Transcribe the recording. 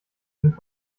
sind